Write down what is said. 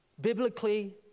Biblically